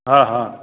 हां हां